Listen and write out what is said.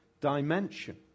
dimension